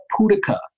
pudica